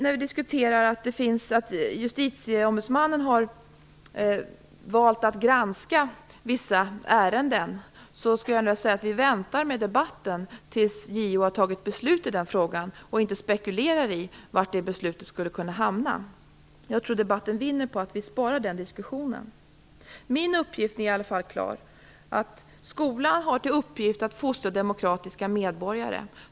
När det gäller att justitieombudsmannen har valt att granska vissa ärenden vill jag säga att vi skall vänta med debatten tills JO har tagit beslut i frågan och inte spekulera i var ett beslut skulle hamna. Debatten vinner på att vi sparar den diskussionen. Min uppfattning är klar: Skolan har till uppgift att fostra demokratiska medborgare.